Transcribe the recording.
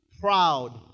proud